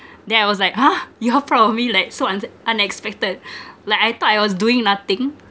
then I was like !huh! you are proud of me like so unex~ unexpected like I thought I was doing nothing